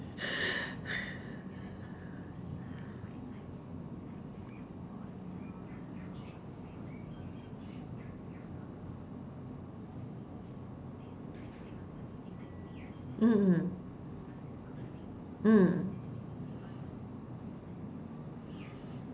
mm mm